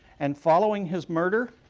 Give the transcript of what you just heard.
and following his murder,